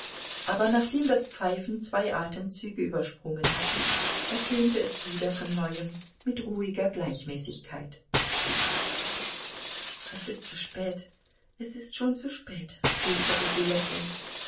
aber nachdem das pfeifen zwei atemzüge übersprungen hatte ertönte es wieder von neuem mit ruhiger gleichmäßigkeit es ist zu spät es ist schon zu spät flüsterte sie lächelnd